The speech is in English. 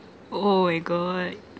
oh oh my god